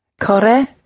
kore